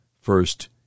first